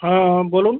হ্যাঁ বলুন